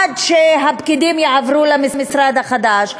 עד שפקידים יעברו למשרד החדש,